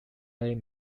their